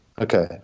Okay